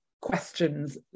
questions